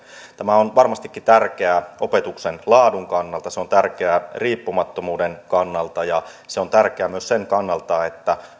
tämä on varmastikin tärkeää opetuksen laadun kannalta se on tärkeää riippumattomuuden kannalta ja se on tärkeää myös sen kannalta että